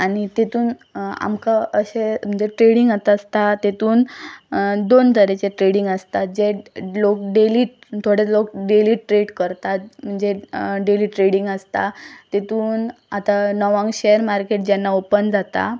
आनी तेतून आमकां अशें म्हणजे ट्रेडींग आतां आसता तेतून दोन तरेचें ट्रेडींग आसता जें लोक डेली थोडे लोक डेली ट्रेड करतात म्हणजे डेली ट्रेडींग आसता तेतून आतां णवांक शॅर मार्केट जेन्ना ओपन जाता